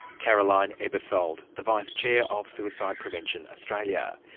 caroline aebersold, the vice-chair of suicide prevention australia.